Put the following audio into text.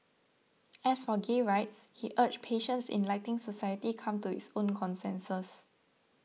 as for gay rights he urged patience in letting society come to its own consensus